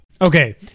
Okay